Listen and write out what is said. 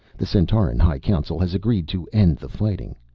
the centauran high council has agreed to end the fighting.